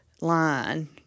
Line